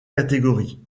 catégorie